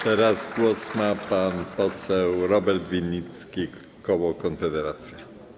Teraz głos ma pan poseł Robert Winnicki, koło Konfederacja.